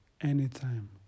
anytime